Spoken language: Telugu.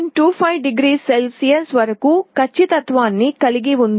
25 0C వరకు ఖచ్చితత్వాన్ని కలిగి ఉంది